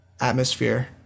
atmosphere